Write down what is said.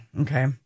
okay